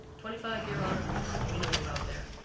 twenty five year honorees, we know you're out there.